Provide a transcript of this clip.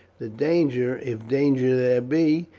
the danger, if danger there be,